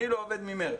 אני לא עובד ממרץ.